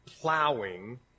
plowing